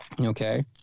Okay